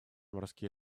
морские